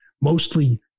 mostly